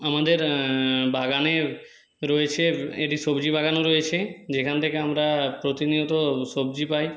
আমাদের বাগানের রয়েছে একটি সবজি বাগানও রয়েছে যেখান থেকে আমরা প্রতিনিয়ত সবজি পাই